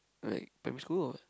like primary school or